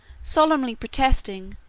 solemnly protesting,